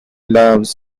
loves